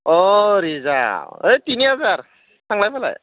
अ reserve ओइ तिनि हाजार थांलाय फैलाय